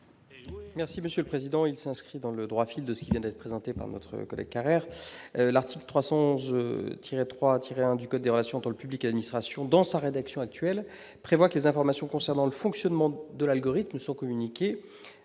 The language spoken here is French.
Merci monsieur le président, il s'inscrit dans le droit fil de ce qui vient d'être présentée par notre collègue Carrère, l'article 311 tiré 3 attiré 1 du code des relations dans le public, administration dans sa rédaction actuelle prévoit que les informations concernant le fonctionnement de l'algorithme sont communiquées